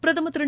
பிரதமர் திரு